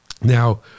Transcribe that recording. now